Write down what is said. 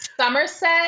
Somerset